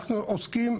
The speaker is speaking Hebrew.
אנחנו עוסקים,